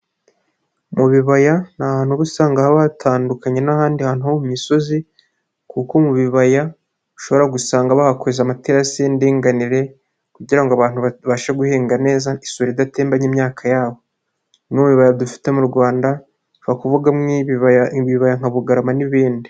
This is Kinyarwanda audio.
Mu bibaya ni ahantu uba usanga haba hatandukanye n'ahandi hantu ho mu misozi kuko mu bibaya ushobora gusanga bahakoze amaterasi y'indinganire kugira ngo abantu babashe guhinga neza n'isuri idatembanye imyaka yabo, bimwe mu bibaya dufite mu Rwanda ushobora kuvugamo ibibaya nka Bugarama n'ibindi.